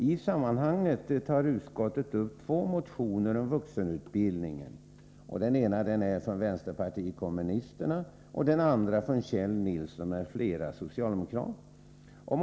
I sammanhanget tar utskottet upp två motioner om vuxenutbildning. Den ena är från vänsterpartiet kommunisterna och den andra från Kjell Nilsson m.fl. socialdemokrater.